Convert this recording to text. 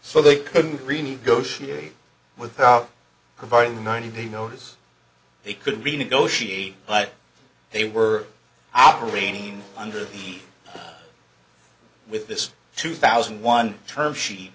so they couldn't renegotiate without providing ninety day notice they could renegotiate but they were operating under eat with this two thousand and one term she